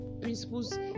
principles